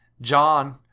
John